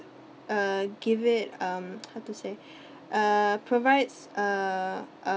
uh give it um how to say uh provides uh a